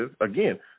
again